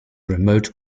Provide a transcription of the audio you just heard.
remote